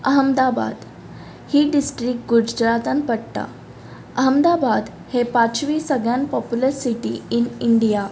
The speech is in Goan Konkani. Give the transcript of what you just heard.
अहमदाबाद ही डिस्ट्रीक्ट गुजरातान पडटा अहमदाबाद हे पांचवी सगळ्यान पॉपुलर सिटी ईन इंडिया